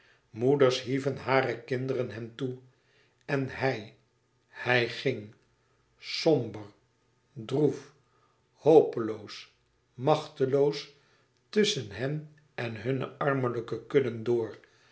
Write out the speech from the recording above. moeders hieven hare kinderen hem toe en hij hij ging somber droef hopeloos machteloos tusschen hen en hunne armelijke kudden door